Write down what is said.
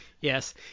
Yes